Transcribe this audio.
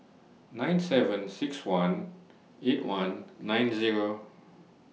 nine seven six one eight one nine Zero